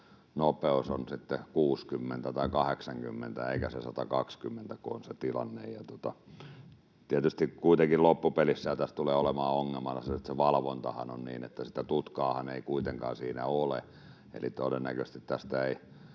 se on 60 tai 80 eikä se 120, kun on se tilanne. Tietysti kuitenkin loppupelissähän tässä tulee olemaan ongelmana se, että se valvontahan on niin, että sitä tutkaahan ei kuitenkaan siinä ole. Eli todennäköisesti tästä ei